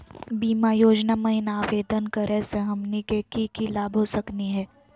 बीमा योजना महिना आवेदन करै स हमनी के की की लाभ हो सकनी हे?